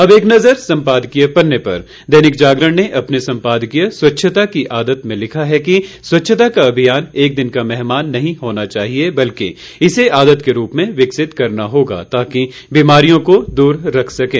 अब एक नज़र संपादकीय पन्ने पर दैनिक जागरण ने अपने सम्पादकीय स्वच्छता की आदत में लिखा है कि स्वच्छता का अभियान एक दिन का मेहमान नहीं होना चाहिए बल्कि इसे आदत के रूप में विकसित करना होगा ताकि बीमारियों को दूर रख सकें